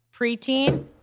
preteen